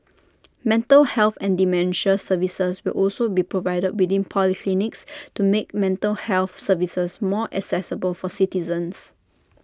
mental health and dementia services will also be provided within polyclinics to make mental health services more accessible for citizens